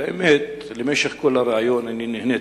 את האמת, במשך כל הריאיון אני נהניתי.